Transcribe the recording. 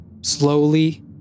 slowly